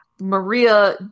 Maria